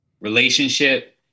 relationship